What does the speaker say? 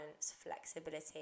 flexibility